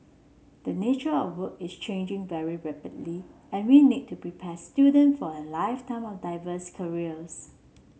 the nature of work is changing very rapidly and we need to prepare student for a lifetime of diverse careers